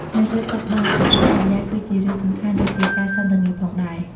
នៅលើតុបាយ អាកប្បកិរិយាគឺជារឿងសំខាន់ដូចជាការសន្ទនាផងដែរ។